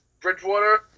Bridgewater